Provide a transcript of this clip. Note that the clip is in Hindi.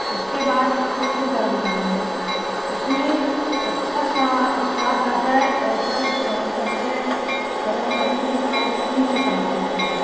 उसके बाद उसको फिर गर्म करेंगे उसमें अच्छा सा स्वाद आ जाए ऐसा उसको गर्म करते हैं गर्म करने के बाद उसको नीचे उतार देते हैं